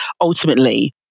ultimately